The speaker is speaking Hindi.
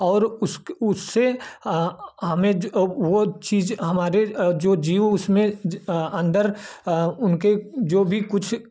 और उससे हमें वह चीज़ हमारे जो जीव उसमें अंदर उनके जो भी कुछ